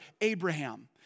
Abraham